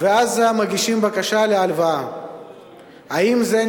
ואז מגישים בקשה להלוואה לבנק,